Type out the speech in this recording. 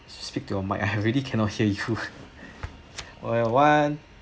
just speak to your mic~ I really cannot hear you okay one